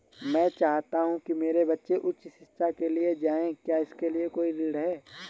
मैं चाहता हूँ कि मेरे बच्चे उच्च शिक्षा के लिए जाएं क्या इसके लिए कोई ऋण है?